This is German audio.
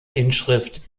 inschrift